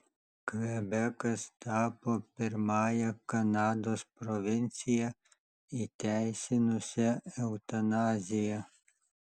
kvebekas tapo pirmąja kanados provincija įteisinusia eutanaziją